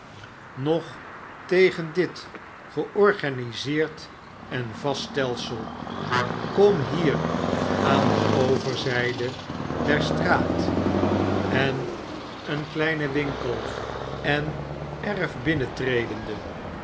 noch tegen dit georganiseerd en vast stelsel kom hier aan de overzijde der straat en een kleinen winkel en erf binnentredende